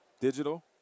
digital